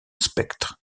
spectre